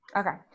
okay